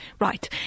Right